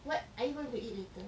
what are you going to eat later